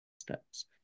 steps